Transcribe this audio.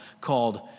called